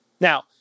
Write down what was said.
Now